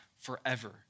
forever